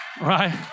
Right